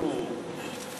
אנחנו,